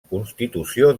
constitució